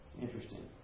Interesting